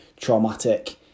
traumatic